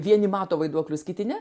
vieni mato vaiduoklius kiti ne